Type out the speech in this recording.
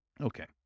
Okay